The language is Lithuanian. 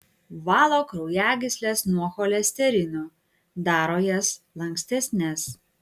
valo kraujagysles nuo cholesterino daro jas lankstesnes